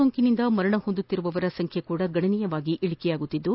ಸೋಂಕಿನಿಂದ ಮರಣ ಹೊಂದುತ್ತಿರುವ ಸಂಬ್ಲೆಯೂ ಸಹ ಗಣನೀಯವಾಗಿ ಇಳಿಕೆಯಾಗುತ್ತಿದ್ದು